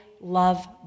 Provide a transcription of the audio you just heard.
love